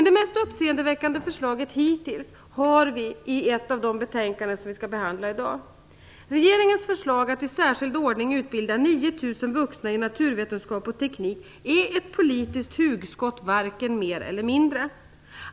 Det mest uppseendeväckande förslaget hittills har vi i ett av de betänkanden vi skall behandla i dag. 9 000 vuxna i naturvetenskap och teknik är ett politiskt hugskott - varken mer eller mindre.